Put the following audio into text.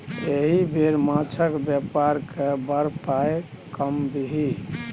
एहि बेर माछक बेपार कए बड़ पाय कमबिही